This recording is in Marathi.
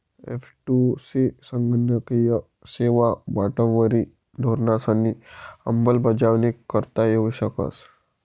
एफ.टु.सी संगणकीय सेवा वाटपवरी धोरणंसनी अंमलबजावणी करता येऊ शकस